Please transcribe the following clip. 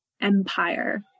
empire